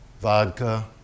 Vodka